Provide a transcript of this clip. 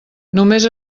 només